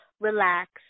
relax